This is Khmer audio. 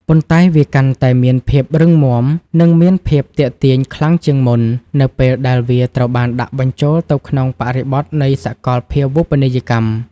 ប៉ុន្តែវាកាន់តែមានភាពរឹងមាំ និងមានភាពទាក់ទាញខ្លាំងជាងមុន នៅពេលដែលវាត្រូវបានដាក់បញ្ចូលទៅក្នុងបរិបទនៃសកលភាវូបនីយកម្ម។